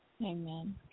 Amen